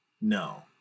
no